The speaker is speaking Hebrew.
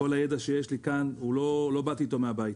כל הידע שיש לי כאן, לא באתי איתו מהבית.